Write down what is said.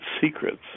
secrets